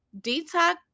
detox